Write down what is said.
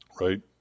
right